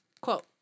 Quote